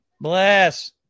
Bless